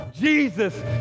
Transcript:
Jesus